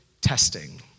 testing